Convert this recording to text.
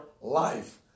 life